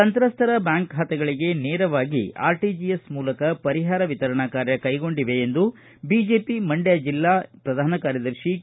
ಸಂತ್ರಸ್ಥರ bank ಖಾತೆಗಳಗೆ ನೇರವಾಗಿ RTGS ಮೂಲಕ ಪರಿಹಾರ ವಿತರಣಾ ಕಾರ್ಯ ಕೈಗೊಂಡಿವೆ ಎಂದು ಬಿಜೆಪಿ ಮಂಡ್ಕ ಜಿಲ್ಲಾ ಪ್ರಧಾನ ಕಾರ್ದದರ್ಶಿ ಕೆ